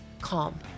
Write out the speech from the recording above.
calm